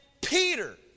peter